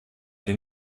den